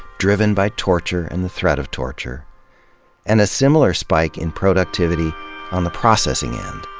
driven by torture and the threat of torture and a similar spike in productivity on the processing end,